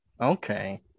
okay